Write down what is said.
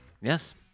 Yes